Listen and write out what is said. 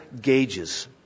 gauges